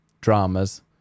Dramas